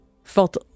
Felt